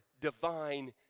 divine